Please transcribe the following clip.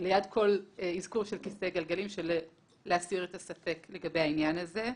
ליד כל אזכור של כיסא גלגלים כדי להסיר את הספק לגבי העניין הזה.